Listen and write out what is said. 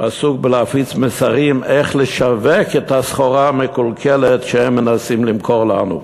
עסוק בלהפיץ מסרים איך לשווק את הסחורה המקולקלת שהם מנסים למכור לנו.